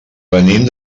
venim